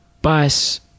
bus